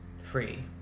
Free